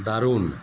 দারুণ